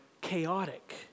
chaotic